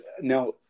Now